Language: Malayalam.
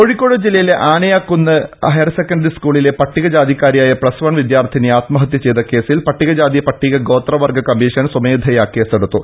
കോഴിക്കോട് ജില്ലയിലെ ആനയാക്കുന്ന് ഹ്യർസെക്കന്ററി സ് കൂളിലെ പട്ടികജാതിക്കാരിയായ പ്ലസ് വൺ വിദ്യാർഥിനി ആത്മഹത്യ ചെയ്ത കേസിൽ പട്ടികജാതി പട്ടികഗോത്ര വർഗ കമ്മീഷൻ സ്വമേധയാ കേസെടുത്തു